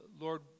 Lord